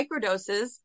microdoses